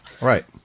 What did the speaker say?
Right